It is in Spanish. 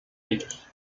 ellos